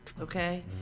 okay